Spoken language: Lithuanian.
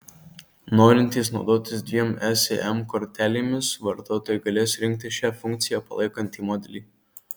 norintys naudotis dviem sim kortelėmis vartotojai galės rinktis šią funkciją palaikantį modelį